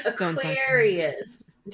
Aquarius